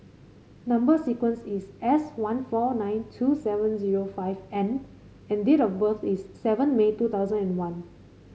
number sequence is S one four nine two seven zero five N and date of birth is seven May two thousand and one